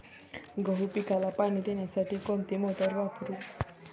गहू पिकाला पाणी देण्यासाठी कोणती मोटार वापरू?